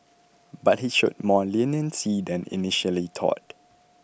but he showed more leniency than initially thought